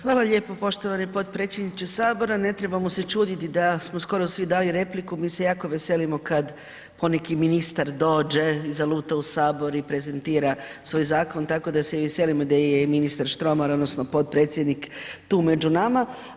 Hvala lijepo poštovani potpredsjedniče HS, ne trebamo se čuditi da smo skoro svi dali repliku, mi se jako veselimo kad poneki ministar dođe i zaluta u HS i prezentira svoj zakon, tako da se i veselimo da je i ministar Štromar odnosno potpredsjednik tu među nama.